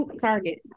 Target